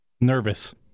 Nervous